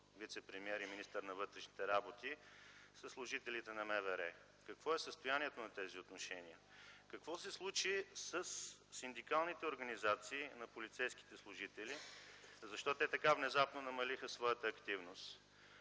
вицепремиер и министър на вътрешните работи със служителите на МВР? Какво е състоянието на тези отношения? Какво се случи със синдикалните организации на полицейските служители, защото те така внезапно намалиха своята активност?